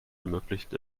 ermöglicht